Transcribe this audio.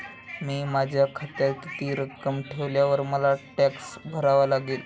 मी माझ्या खात्यात किती रक्कम ठेवल्यावर मला टॅक्स भरावा लागेल?